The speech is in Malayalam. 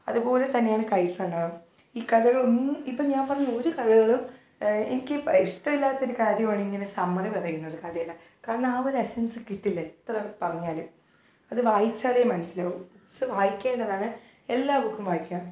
അതുപോലെതന്നെയാണ് കൈറ്റ് റണ്ണറും ഈ കഥകളൊന്നും ഇപ്പം ഞാൻ പറഞ്ഞ ഒരു കഥകളും എനിക്ക് ഇഷ്ടമില്ലാത്ത ഒരു കാര്യമാണ് ഇങ്ങനെ സമ്മറി പറയുന്നത് കഥയുടെ കാരണം ആ ഒരെസൻസ്സ് കിട്ടില്ല എത്ര പറഞ്ഞാലും അത് വായിച്ചാലെ മനസ്സിലാവു ബുക്സ്സ് വായിക്കേണ്ടതാണ് എല്ലാ ബുക്കും വായിക്കുക